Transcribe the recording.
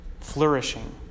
Flourishing